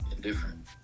different